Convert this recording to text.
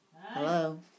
Hello